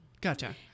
gotcha